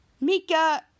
Mika